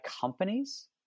companies